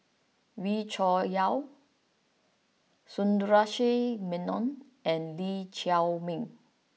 Wee Cho Yaw Sundaresh Menon and Lee Chiaw Meng